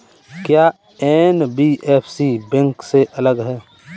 क्या NBFC bank से अलग है?